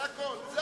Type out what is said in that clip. זה הכול.